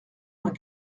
vingt